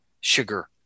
sugar